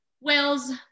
whales